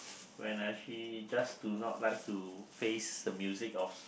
when I actually just do not like to face the music of